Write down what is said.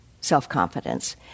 self-confidence